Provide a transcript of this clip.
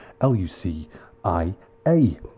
L-U-C-I-A